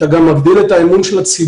כתוצאה מכך אתה גם מגדיל את האמון של הציבור.